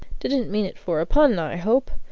didn't mean it for a pun, i hope?